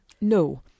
No